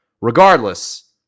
Regardless